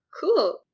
Cool